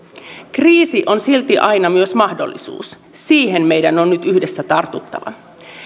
kriisi on silti aina myös mahdollisuus siihen meidän on nyt yhdessä tartuttava